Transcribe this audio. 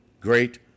great